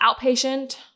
outpatient